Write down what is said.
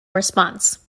response